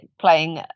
playing